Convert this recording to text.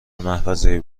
محفظه